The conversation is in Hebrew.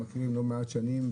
שאנחנו מכירים לא מעט שנים,